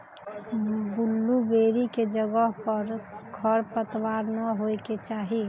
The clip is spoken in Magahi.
बुल्लुबेरी के जगह पर खरपतवार न होए के चाहि